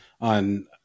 on